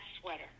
sweater